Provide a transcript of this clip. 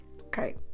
Okay